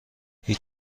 هیچ